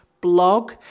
blog